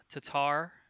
Tatar